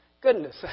Goodness